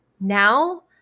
now